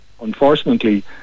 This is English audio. unfortunately